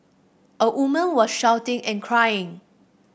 a woman was shouting and crying